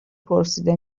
پرسیده